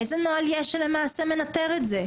איזה נוהל יש שלמעשה מנטר את זה,